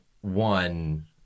one